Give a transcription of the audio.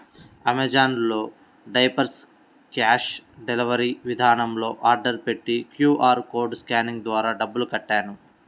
Amazon లో diapers cash delivery విధానంలో order పెట్టి క్యూ.ఆర్ కోడ్ స్కానింగ్ ద్వారా డబ్బులు కట్టాను